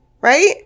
Right